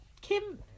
kim